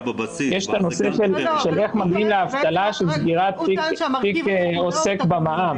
יש את הנושא של איך מגיעים לאבטלה של סגירת תיק עוסק במע"מ.